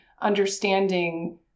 understanding